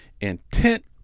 Intent